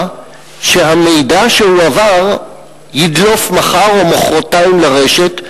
שהמידע שהועבר ידלוף מחר או מחרתיים לרשת?